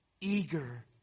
eager